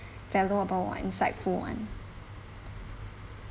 valuable [one] insightful [one]